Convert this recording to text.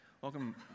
welcome